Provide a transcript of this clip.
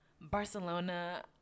Barcelona